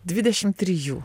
dvidešimt trijų